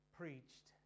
preached